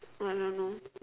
no no no